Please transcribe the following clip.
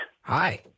Hi